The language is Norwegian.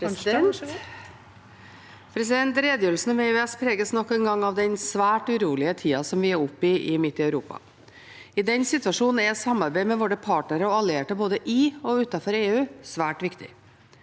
Redegjørelsen om EØS preges nok en gang av den svært urolige tida vi er oppe i midt i Europa. I den situasjonen er samarbeid med våre partnere og allierte, både i og utenfor EU, svært viktig.